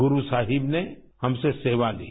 गुरु साहिब ने हमसे सेवा ली